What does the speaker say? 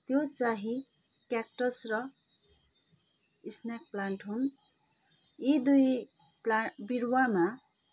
त्यो चाँहि क्याक्टस र इस्नेक प्लान्ट हुन् यी दुई प्ला बिरुवामा